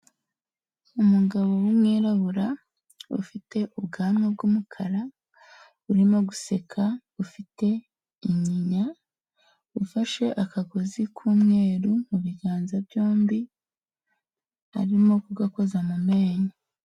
Umugabo w'umwirabura ufite ubwanwa bw'umukara urimo guseka ufite inyinya ufashe akagozi k'umweru mu biganza byombi arimo kugakoza mu menyo.